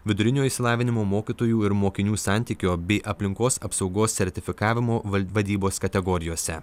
vidurinio išsilavinimo mokytojų ir mokinių santykio bei aplinkos apsaugos sertifikavimo val vadybos kategorijose